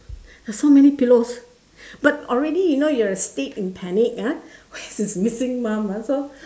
there's so many pillows but already you know you're a state in panic ah where is this missing mum ah so